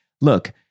look